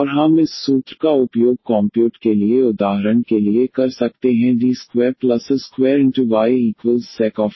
और हम इस सूत्र का उपयोग कॉम्प्युट के लिए उदाहरण के लिए कर सकते हैं D2a2ysec ax